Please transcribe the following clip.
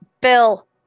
Bill